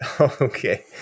Okay